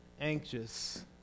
Anxious